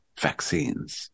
vaccines